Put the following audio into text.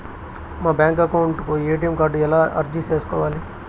మా bank account కు ATM card ఎలా అర్జీ సేసుకోవాలి?